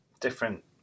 different